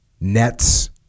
nets